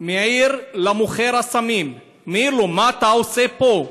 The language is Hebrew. מעיר למוכר הסמים, מעיר לו: מה אתה עושה פה?